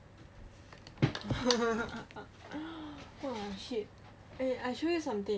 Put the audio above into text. oh shit eh I show you something